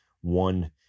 one